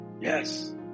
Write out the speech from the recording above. Yes